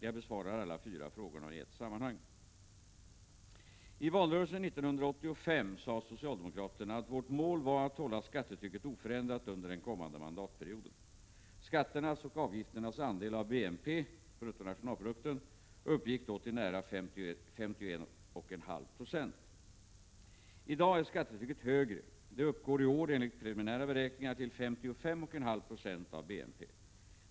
Jag besvarar interpellationerna och frågorna i ett sammanhang. I valrörelsen 1985 sade socialdemokraterna att vårt mål var att hålla skattetrycket oförändrat under den kommande mandatperioden. Skatternas och avgifternas andel av BNP, bruttonationalprodukten, uppgick då till nära 51,5 R. I dag är skattetrycket högre; det uppgår i år, enligt preliminära beräkningar, till 55,5 96 av BNP.